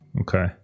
okay